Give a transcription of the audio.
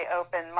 open